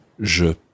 Je